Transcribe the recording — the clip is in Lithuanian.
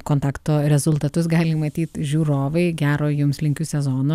kontakto rezultatus gali matyt žiūrovai gero jums linkiu sezono v